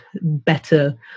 better